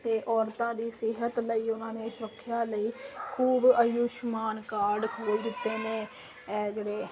ਅਤੇ ਔਰਤਾਂ ਦੀ ਸਿਹਤ ਲਈ ਉਹਨਾਂ ਨੇ ਸੁਰੱਖਿਆ ਲਈ ਖੂਬ ਆਯੁਸ਼ਮਾਨ ਕਾਰਡ ਖੋਲ ਦਿੱਤੇ ਨੇ ਇਹ ਜਿਹੜੇ